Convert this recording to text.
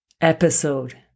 Episode